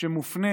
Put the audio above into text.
שמופנה